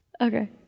Okay